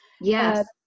Yes